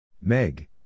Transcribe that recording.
Meg